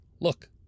look